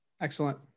Excellent